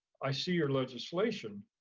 i see your legislation.